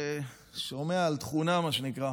שומע על תכונה, מה שנקרא,